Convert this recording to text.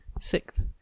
sixth